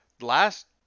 last